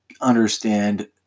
understand